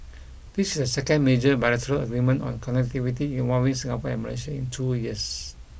this is the second major bilateral agreement on connectivity involving Singapore and Malaysia in two years